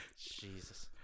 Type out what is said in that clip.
Jesus